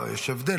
יש הבדל.